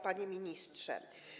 Panie Ministrze!